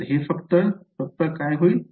तर हे फक्त काय होईल